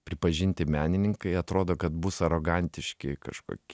pripažinti menininkai atrodo kad bus arogantiški kažkok